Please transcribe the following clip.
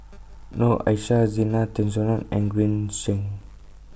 Noor Aishah Zena Tessensohn and Green Zeng